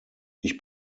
ich